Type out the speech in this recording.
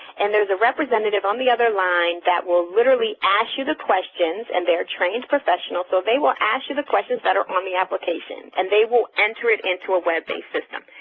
and there's a representative on the other line that will literally ask you the questions and they're trained professionals. so they will ask you the questions that are on the application, and they will enter it into a web-based system,